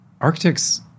architects